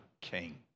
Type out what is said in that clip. king